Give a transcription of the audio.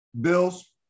Bills